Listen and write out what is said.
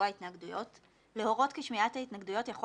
ההתנגדויות להורות כי שמיעת ההתנגדויות יכול